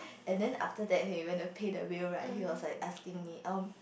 and then after that he went to pay the bill right he was like asking me um